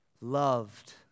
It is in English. loved